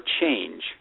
change